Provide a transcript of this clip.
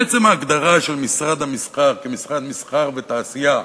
מעצם ההגדרה של משרד המסחר כמשרד מסחר ותעשייה,